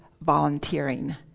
volunteering